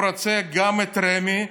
הוא רוצה גם את רמ"י,